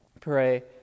pray